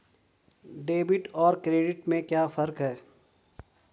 Debit और credit में क्या फर्क है?